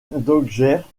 dodgers